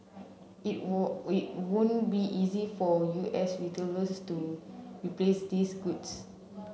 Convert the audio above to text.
it it won't be easy for U S retailers to replace these goods